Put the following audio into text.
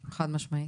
חד-משמעית.